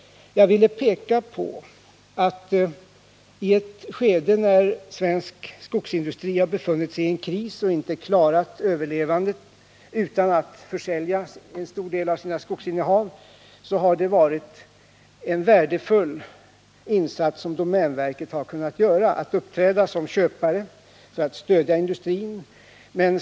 Vad jag ville peka på var det förhållandet, att i ett skede där svensk skogsindustri befunnit sig i en kris och inte kunnat överleva utan att försälja en stor del av sina skogsinnehav har domänverket gjort en värdefull insats genom att uppträda som köpare för att stödja industrin.